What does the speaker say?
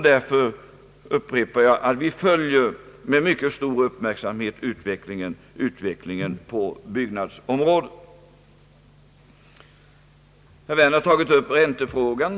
Därför upprepar jag att vi med mycket stor uppmärksamhet följer utvecklingen på byggnadsområdet. Herr Werner har tagit upp räntefrågan.